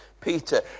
Peter